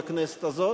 לכנסת הזאת,